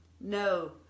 No